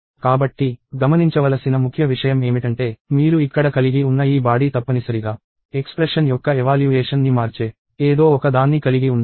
కాబట్టి గమనించవలసిన ముఖ్య విషయం ఏమిటంటే మీరు ఇక్కడ కలిగి ఉన్న ఈ బాడీ తప్పనిసరిగా ఎక్స్ప్రెషన్ యొక్క ఎవాల్యూయేషన్ ని మార్చే ఏదో ఒక దాన్ని కలిగి ఉండాలి